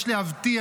יש להבטיח,